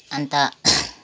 अन्त